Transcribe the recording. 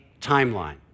timeline